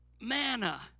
Manna